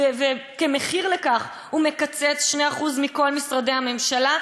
כמחיר לכך הוא מקצץ 2% מכל משרדי הממשלה,